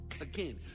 Again